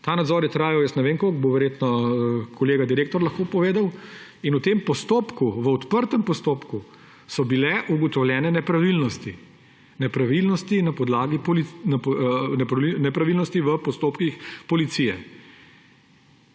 Ta nadzor je trajal, jaz ne vem koliko, bo verjetno kolega direktor lahko povedal. V tem postopku, v odprtem postopku so bile ugotovljene nepravilnosti, nepravilnosti v postopkih policije.